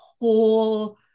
whole